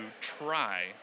try